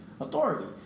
authority